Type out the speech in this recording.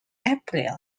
april